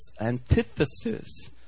antithesis